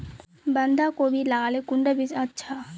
बंधाकोबी लगाले कुंडा बीज अच्छा?